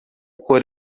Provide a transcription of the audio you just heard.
cor